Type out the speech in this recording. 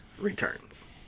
returns